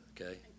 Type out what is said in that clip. Okay